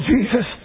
Jesus